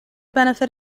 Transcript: benefit